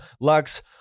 Lux